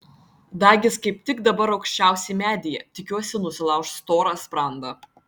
dagis kaip tik dabar aukščiausiai medyje tikiuosi nusilauš storą sprandą